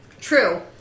True